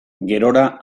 gerora